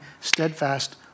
steadfast